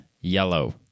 yellow